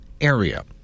area